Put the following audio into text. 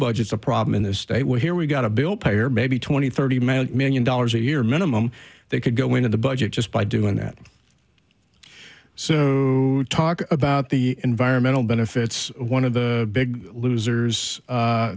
budgets a problem in this state where we got a bill payer maybe twenty thirty million dollars a year minimum they could go into the budget just by doing that so talk about the environmental benefits one of the big losers